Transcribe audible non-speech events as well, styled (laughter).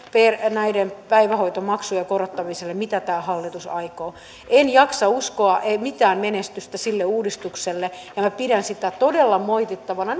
näiden päivähoitomaksujen korottamiselle minkä tämä hallitus aikoo tehdä en jaksa uskoa ei mitään menestystä tule sille uudistukselle minä pidän sitä todella moitittavana (unintelligible)